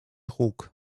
huk